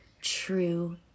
true